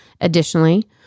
Additionally